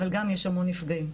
אבל גם יש המון נפגעים.